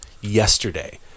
yesterday